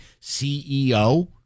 CEO